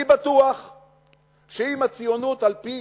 אני בטוח שאם הציונות על-פי